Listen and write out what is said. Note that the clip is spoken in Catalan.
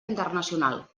internacional